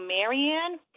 Marianne